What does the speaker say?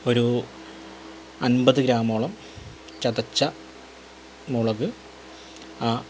ഒരു അൻപത് ഗ്രാമോളം ചതച്ച മുളക് ആ